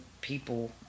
people